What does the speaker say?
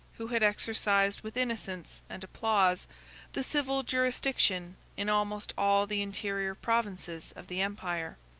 who had exercised with innocence and applause the civil jurisdiction in almost all the interior provinces of the empire.